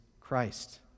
Christ